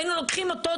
היינו לוקחים אותו,